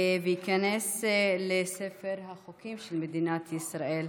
וייכנס לספר החוקים של מדינת ישראל.